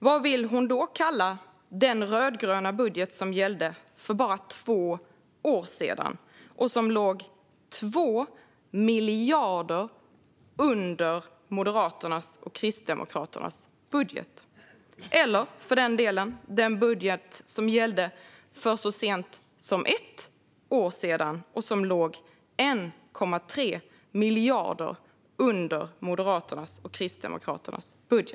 Vad vill hon då kalla den rödgröna budget som gällde för bara två år sedan och som låg 2 miljarder under Moderaternas och Kristdemokraternas budget, eller för den delen den budget som gällde så sent som för ett år sedan och som låg 1,3 miljarder under Moderaternas och Kristdemokraternas budget?